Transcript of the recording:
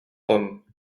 hommes